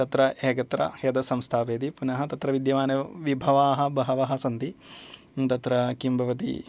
तत्र एकत्र एतत् संस्थापयति पुनः तत्र विद्यमानः विभवाः बहवः सन्ति तत्र किं भवति